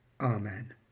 Amen